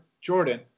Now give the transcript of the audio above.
Jordan